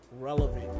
relevant